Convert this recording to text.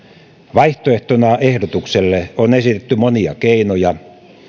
vaihtoehtona ehdotukselle on esitetty monia keinoja